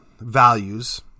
values